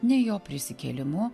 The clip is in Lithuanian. nei jo prisikėlimu